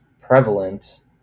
prevalent